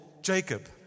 Jacob